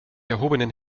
erhobenen